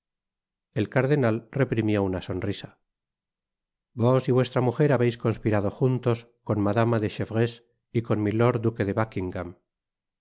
el cardenal reprimió una sonrisa vos y vuestra mujer habeis conspirado juntos con madama de chevreuse y con milord duque de buckingam